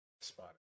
Spot